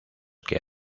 que